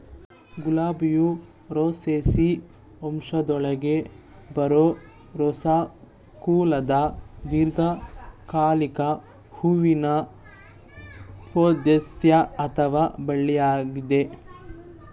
ಗುಲಾಬಿಯು Rosaceae ವಂಶದೊಳಗೆ ಬರೋ Rosa ಕುಲದ ದೀರ್ಘಕಾಲಿಕ ಹೂವಿನ ಪೊದೆಸಸ್ಯ ಅಥವಾ ಬಳ್ಳಿಯಾಗಯ್ತೆ